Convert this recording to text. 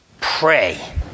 pray